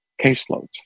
caseloads